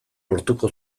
lortuko